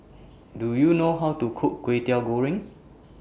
Do YOU know How to Cook Kway Teow Goreng